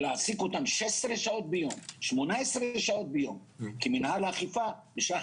להעסיק אותם 16 שעות ביום ו-18 שעות ביום כי מנהל האכיפה בשעה